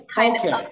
okay